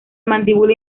mandíbula